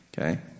Okay